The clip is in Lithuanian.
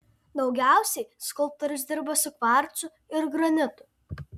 daugiausiai skulptorius dirba su kvarcu ir granitu